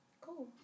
Cool